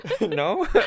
no